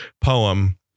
poem